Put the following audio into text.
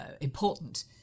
important